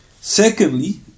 Secondly